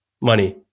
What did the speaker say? money